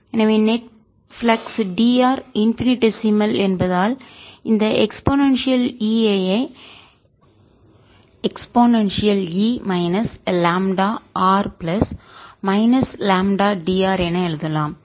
எனவே net flux dr infinitesimal மிகவும் சிறிய என்பதால் இந்த எக்ஸ்போனான்ட்ஸில் e ஐ எக்ஸ்போனான்ட்ஸில் e λr plus e λdR minus lambda dR என எழுதலாம்